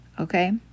Okay